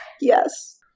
Yes